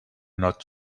not